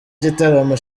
gitaramo